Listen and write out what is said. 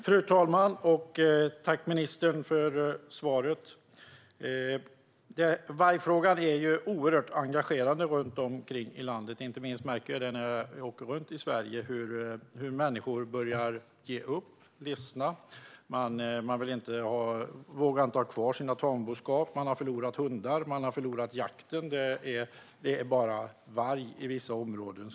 Fru talman! Tack, ministern, för svaret! Vargfrågan är oerhört engagerande runt om i landet. När jag åker runt i Sverige märker jag hur människor börjar att ge upp och ledsna. De vågar inte ha kvar sin tamboskap. De har förlorat hundar. De har förlorat jakten - det finns bara varg i vissa områden.